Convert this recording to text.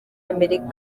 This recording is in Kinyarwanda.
amerika